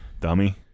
dummy